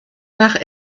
nach